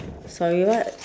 sorry what